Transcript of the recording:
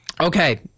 Okay